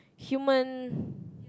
human